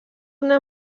una